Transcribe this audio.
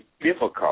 difficult